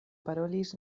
parolis